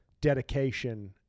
dedication